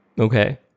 Okay